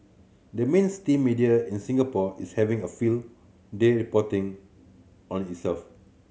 the mainstream media in Singapore is having a field day reporting on itself